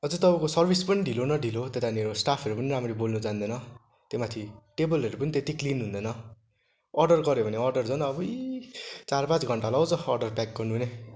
अझै तपाईँको सर्विस पनि ढिलो न ढिलो अन्त त्यहाँनिर स्टाफहरू पनि राम्ररी बोल्नु जान्दैन त्यहीमाथि टेबलहरू पनि त्यति क्लिन हुँदैन अर्डर गर्यो भने अर्डर झन् अबुई चार पाँच घन्टा लगाउँछ अर्डर प्याक गर्नु नै